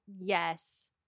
yes